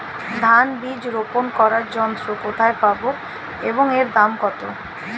ধান বীজ রোপন করার যন্ত্র কোথায় পাব এবং এর দাম কত?